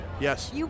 Yes